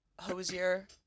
hosier